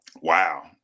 Wow